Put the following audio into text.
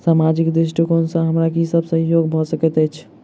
सामाजिक दृष्टिकोण सँ हमरा की सब सहयोग भऽ सकैत अछि?